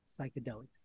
psychedelics